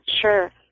Sure